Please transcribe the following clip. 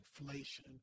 inflation